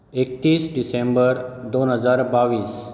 एकतीस डिसेंबर दोन हजार बावीस